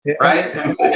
Right